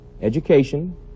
education